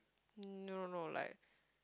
no no like